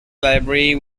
library